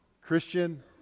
Christian